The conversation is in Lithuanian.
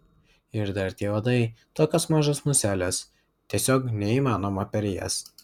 ir dar tie uodai tokios mažos muselės tiesiog neįmanoma per jas